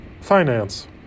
finance